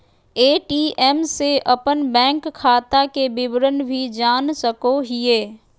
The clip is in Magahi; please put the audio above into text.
ए.टी.एम से अपन बैंक खाता के विवरण भी जान सको हिये